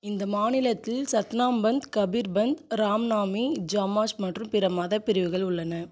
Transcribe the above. இந்த மாநிலத்தில் சத்னாம்பந்த் கபீர்பந்த் ராம்னாமி சமாஜ் மற்றும் பிற மதப் பிரிவுகள் உள்ளன